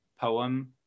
poem